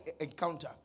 encounter